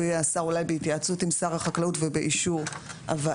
הוא יהיה השר אולי בהתייעצות עם שר החקלאות ובאישור הוועדה,